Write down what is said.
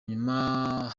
nyuma